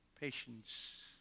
Patience